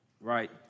right